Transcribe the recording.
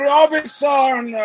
Robinson